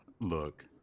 look